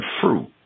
fruit